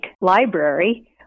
library